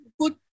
good